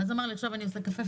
אז הוא אמר: עכשיו נשב לקפה.